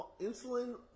insulin